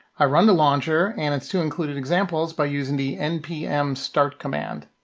i run the launcher and it's two included examples by using the npm start command.